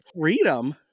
freedom